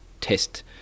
test